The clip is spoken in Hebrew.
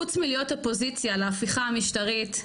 חוץ מלהיות אופוזיציה להפיכה המשטרית,